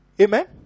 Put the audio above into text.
Amen